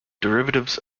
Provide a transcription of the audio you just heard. derivatives